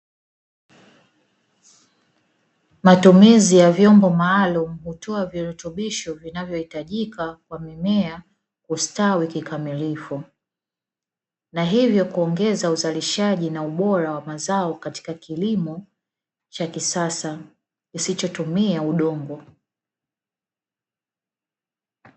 Matumizi ya vyombo maalumu hutoa virutubisho vinavyohitajika kwa mimea, hustawi kikamilifu na hivyo kuongeza uzalishaji na ubora wa mazao katika kilimo cha kisasa, kisichotumia udongo.